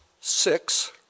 six